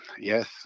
Yes